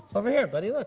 over here, buddy, look.